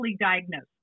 diagnosed